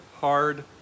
hard